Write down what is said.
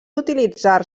utilitzar